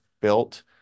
built